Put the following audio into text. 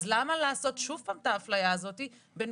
אז למה לעשות שוב את האפליה הזאת בין